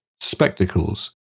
spectacles